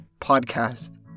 podcast